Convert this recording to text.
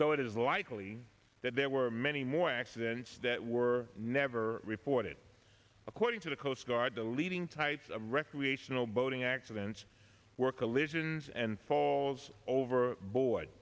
though it is likely that there were many more accidents that were never reported according to the coast guard the leading types of recreational boating accidents were collisions and falls over board